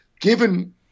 given